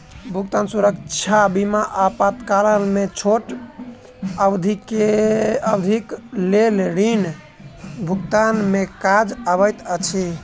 भुगतान सुरक्षा बीमा आपातकाल में छोट अवधिक लेल ऋण भुगतान में काज अबैत अछि